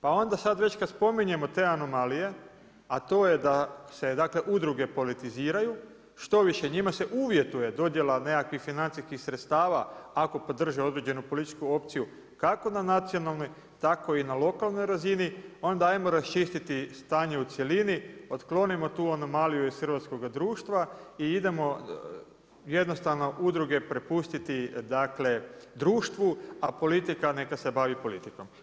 Pa onda sada već kada spominjemo te anomalije, a to je da se udruge politiziraju, štoviše njima se uvjetuje dodjela nekakvih financijskih stredstava ako podrže određenu političku opciju kako na nacionalnoj tako i na lokalnoj razini, onda ajmo raščistiti stanje u cjelini, otklonimo tu anomaliju iz hrvatskoga društva i idemo jednostavno udruge prepustiti društvu, a politika neka se bavi politikom.